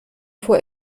vor